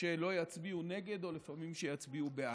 שלא יצביעו נגד, או לפעמים שיצביעו בעד.